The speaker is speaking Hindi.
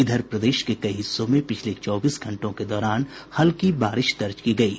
इधर प्रदेश के कई हिस्सों में पिछले चौबीस घंटों के दौरान हल्की बारिश दर्ज की गयी है